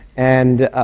and